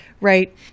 right